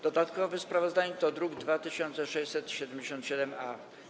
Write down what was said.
Dodatkowe sprawozdanie to druk nr 2677-A.